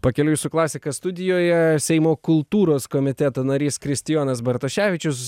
pakeliui su klasika studijoje seimo kultūros komiteto narys kristijonas bartoševičius